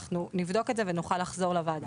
אנחנו נבדוק את זה ונחזור לוועדה.